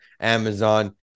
Amazon